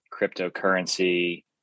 cryptocurrency